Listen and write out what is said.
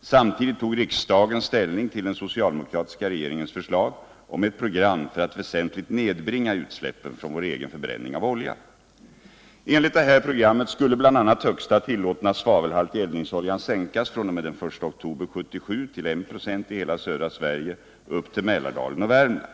Samtidigt tog riksdagen ställning till den socialdemokratiska regeringens förslag om ett program för att väsentligt nedbringa utsläppen från vår egen förbränning av olja. Enligt programmet skulle bl.a. den högsta tillåtna svavelhalten i eldningsolja sänkas fr.o.m. den 1 oktober 1977 till I 26 i hela södra Sverige upp till Mälardalen och Värmland.